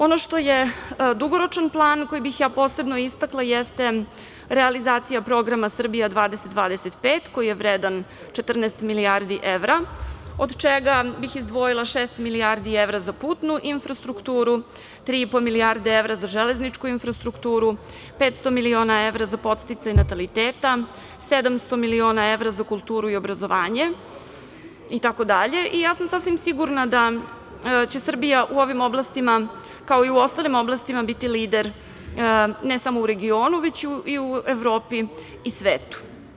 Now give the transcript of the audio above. Ono što je dugoročan plan, koji bih ja posebno istakla, jeste realizacija Programa „Srbija 2025“, koji je vredan 14 milijardi evra, od čega bih izdvojila šest milijardi evra za putnu infrastrukturu, tri i po milijarde evra za železničku infrastrukturu, 500 miliona evra za podsticaj nataliteta, 700 miliona evra za kulturu i obrazovanje itd. i ja sam sasvim sigurna da će Srbija u ovim oblastima, kao i u ostalim oblastima, biti lider ne samo u regionu, već i u Evropi i svetu.